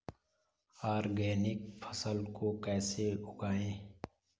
Organic फसल को कैसे उगाएँ?